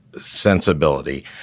sensibility